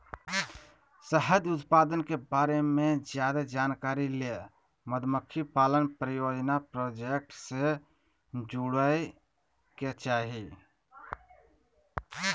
शहद उत्पादन के बारे मे ज्यादे जानकारी ले मधुमक्खी पालन परियोजना प्रोजेक्ट से जुड़य के चाही